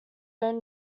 own